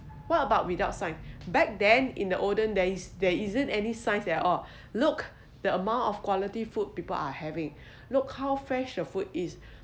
what about without science back then in the olden days there isn't any science that all look the amount of quality food people are having look how fresh the food is